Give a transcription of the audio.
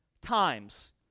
times